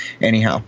anyhow